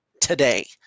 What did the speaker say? today